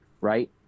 right